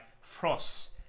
frost